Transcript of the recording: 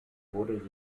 wurden